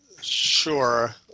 sure